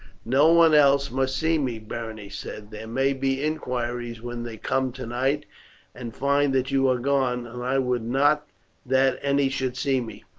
no one else must see me, berenice said. there may be inquiries when they come tonight and find that you are gone, and i would not that any should see me.